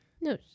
No